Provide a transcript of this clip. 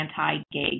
anti-gay